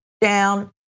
down